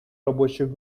рабочих